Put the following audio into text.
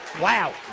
Wow